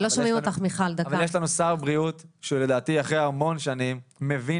אבל יש לנו שר בריאות שהוא לדעתי אחרי המון שנים מבין